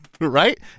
Right